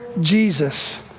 Jesus